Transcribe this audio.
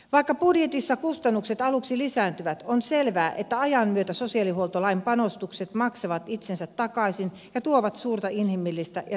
vaikka budjetissa kustannukset aluksi lisääntyvät on selvää että ajan myötä sosiaalihuoltolain panostukset maksavat itsensä takaisin ja tuovat suurta inhimillistä ja taloudellista säästöä